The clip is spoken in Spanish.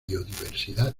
biodiversidad